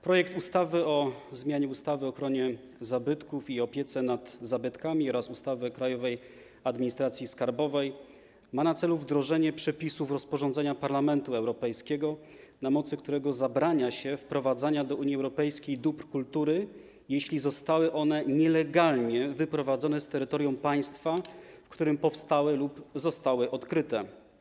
Projekt ustawy o zmianie ustawy o ochronie zabytków i opiece nad zabytkami oraz ustawy o Krajowej Administracji Skarbowej ma na celu wdrożenie przepisów rozporządzenia Parlamentu Europejskiego, na mocy którego zabrania się wprowadzania do Unii Europejskiej dóbr kultury, jeśli zostały one nielegalnie wyprowadzone z terytorium państwa, w którym powstały lub zostały odkryte.